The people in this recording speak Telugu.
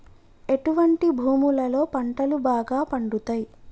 ఎటువంటి భూములలో పంటలు బాగా పండుతయ్?